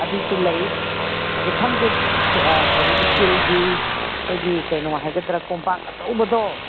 ꯑꯗꯨꯁꯨ ꯂꯩ ꯑꯗꯒꯤ ꯈꯪꯗꯦ ꯀꯩꯅꯣ ꯏꯁꯇꯤꯜꯒꯤ ꯑꯩꯈꯣꯏꯒꯤ ꯀꯩꯅꯣ ꯍꯥꯏꯒꯗ꯭ꯔꯥ ꯀꯣꯝꯄꯥꯛ ꯑꯆꯧꯕꯗꯣ